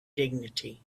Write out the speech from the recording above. dignity